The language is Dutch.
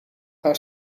haar